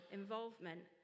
involvement